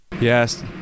yes